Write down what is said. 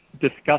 discuss